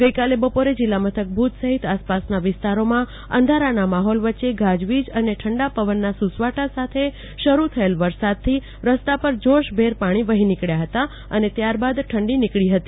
ગઈકાલે બપોરે જિલ્લા મથક ભુજ સહિત આપપાસના વિસ્તારોમાં અંધારાના માહોલ વચ્ચે ગાજવીજ અને ઠંડા પવનના સુ સવાટા સાથે શરૂ થયેલ વરસાદ થી રસ્તા પર જોશભેર પાણી વફી નીકળ્યા હતા અને ત્યારબાદ ઠંડી નીકળી હતી